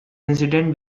incident